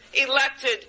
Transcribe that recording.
elected